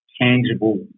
tangible